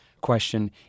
question